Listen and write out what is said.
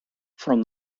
from